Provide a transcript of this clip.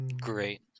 Great